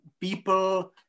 people